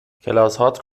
کلاسهات